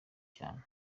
cyane